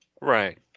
right